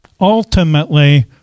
ultimately